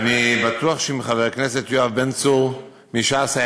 אני בטוח שאם חבר הכנסת יואב בן צור מש"ס היה